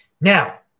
Now